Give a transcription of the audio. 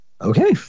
Okay